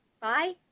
Bye